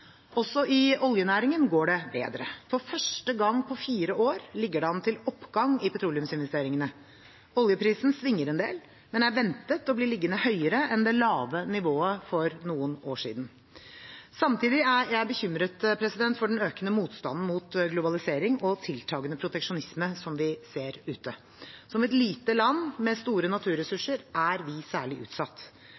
Også i oljenæringen går det bedre. For første gang på fire år ligger det an til oppgang i petroleumsinvesteringene. Oljeprisen svinger en del, men er ventet å bli liggende høyere enn det lave nivået for noen år siden. Samtidig er jeg bekymret for den økende motstanden mot globalisering og tiltakende proteksjonisme som vi ser ute. Som et lite land med store